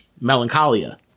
Melancholia